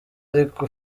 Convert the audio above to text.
ariko